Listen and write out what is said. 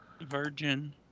Virgin